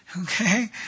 okay